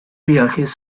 viajes